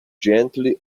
gently